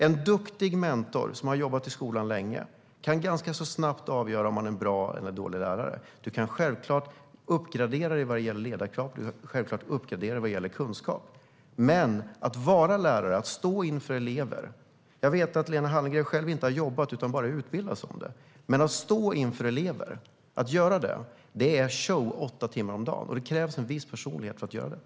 En duktig mentor som har jobbat länge i skolan kan ganska snabbt avgöra om man är en bra eller dålig lärare. Du kan självklart uppgradera dig vad gäller ledarskap och kunskap. Men att vara lärare, att stå inför elever - jag vet att Lena Hallengren själv inte har jobbat utan bara har utbildat sig - är show åtta timmar om dagen, och det krävs en viss personlighet för att göra det.